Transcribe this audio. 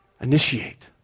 initiate